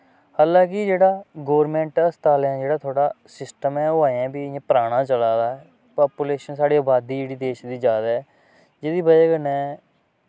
हालांकि जेह्ड़ा गोरमैंट हस्पतालेंं दा जेह्ड़ा थोह्ड़ा सिस्टम ऐ ओह् अजें बी इ'या पराना चला दा ऐ पापुलेशन साढ़ी अबादी जेह्ड़ी देश दी जैदा ऐ जेह्दी वजह् कन्नै